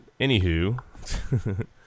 anywho